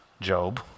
Job